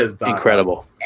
Incredible